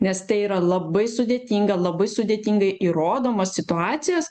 nes tai yra labai sudėtinga labai sudėtingai įrodomos situacijos